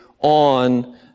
on